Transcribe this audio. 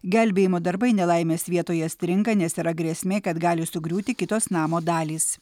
gelbėjimo darbai nelaimės vietoje stringa nes yra grėsmė kad gali sugriūti kitos namo dalys